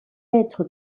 être